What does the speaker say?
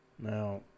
Now